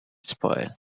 spoil